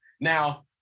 Now